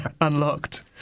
unlocked